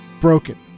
broken